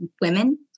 women